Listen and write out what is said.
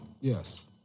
Yes